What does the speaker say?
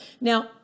Now